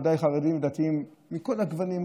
ודאי חרדים ודתיים מכל הגוונים,